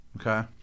Okay